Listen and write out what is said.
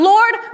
Lord